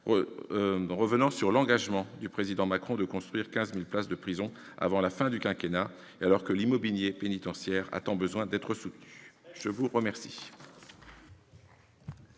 revenir sur l'engagement du Président de la République de construire 15 000 places de prison avant la fin du quinquennat, alors que l'immobilier pénitentiaire a tant besoin d'être soutenu. Très bien